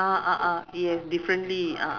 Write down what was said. very tempting to go